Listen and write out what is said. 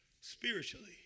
spiritually